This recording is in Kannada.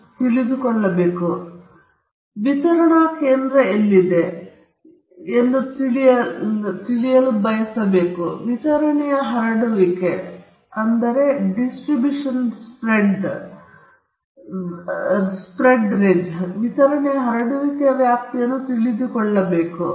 ಆದ್ದರಿಂದ ವಿತರಣೆಯನ್ನು ಹೊಂದಿರುವಾಗ ವಿತರಣಾ ಕೇಂದ್ರವು ಎಲ್ಲಿದೆ ಎಂಬುದನ್ನು ತಿಳಿಯಲು ನೀವು ಬಯಸಬಹುದು ವಿತರಣೆಯ ಹರಡುವಿಕೆಯ ವ್ಯಾಪ್ತಿಯನ್ನು ನೀವು ತಿಳಿದುಕೊಳ್ಳಲು ಬಯಸಬಹುದು